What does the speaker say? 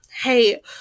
hey